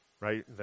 right